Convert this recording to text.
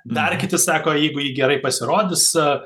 dar kiti sako jeigu ji gerai pasirodys